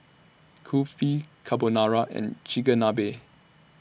Kulfi Carbonara and Chigenabe